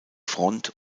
front